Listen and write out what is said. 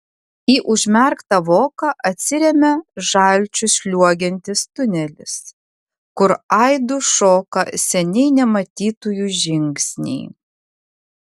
į užmerktą voką atsiremia žalčiu sliuogiantis tunelis kur aidu šoka seniai nematytųjų žingsniai